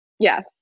Yes